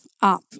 up